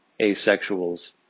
asexuals